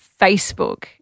Facebook